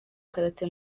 karate